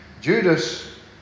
Judas